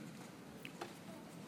אבל